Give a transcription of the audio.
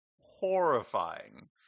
Horrifying